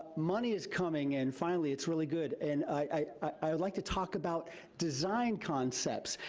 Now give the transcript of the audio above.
money is coming, and finally, it's really good and i'd like to talk about design concepts.